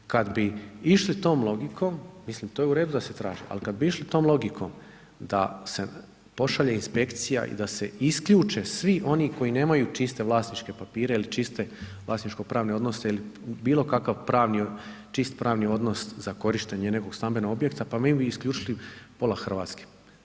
Kada bi išli tom logikom, mislim to je u redu da se traži ali kada bi išli tom logikom da se pošalje inspekcija i da se isključe svi oni koji nemaju čiste vlasničke papire ili čiste vlasničko pravne odnose ili bilo kakav čist pravni odnos za korištenje nekog stambenog objekta pa mi bi isključili pola Hrvatske.